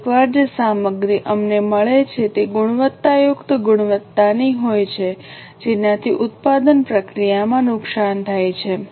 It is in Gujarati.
કેટલીકવાર જે સામગ્રી અમને મળે છે તે ગુણવત્તાયુક્ત ગુણવત્તાની હોય છે જેનાથી ઉત્પાદન પ્રક્રિયામાં નુકસાન થાય છે